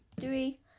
three